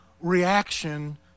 reaction